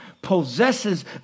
possesses